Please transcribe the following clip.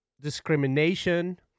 discrimination